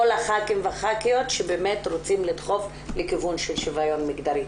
כל הח"כים והח"כיות שבאמת רוצים לדחוף לכיוון של שוויון מגדרי.